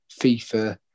FIFA